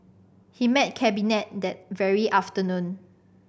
he met Cabinet that very afternoon